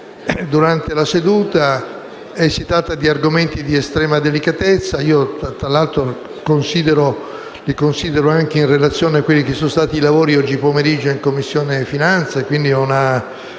durante la seduta. Si tratta di argomenti di estrema delicatezza e, tra l'altro, io li considero anche in relazione a quelli che sono stati i lavori svoltisi oggi pomeriggio in Commissione finanze. Quindi, esse